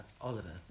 Oliver